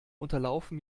unterlaufen